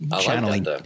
channeling